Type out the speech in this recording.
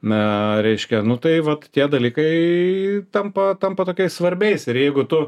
na reiškia nu tai vat tie dalykai tampa tampa tokiais svarbiais ir jeigu tu